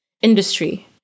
industry